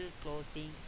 closing